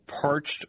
parched